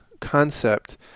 concept